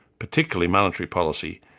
particularly monetary policy,